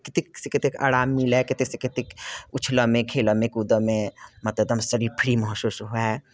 कतेकसँ कतेक आराम मिलय कतेकसँ कतेक उछलयमे खेलयमे कूदयमे मतलब शरीर एकदम फ्री महसूस हुअय